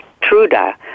Truda